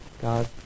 God